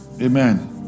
Amen